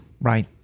right